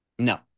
No